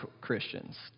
Christians